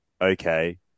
okay